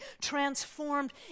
transformed